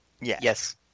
Yes